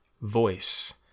voice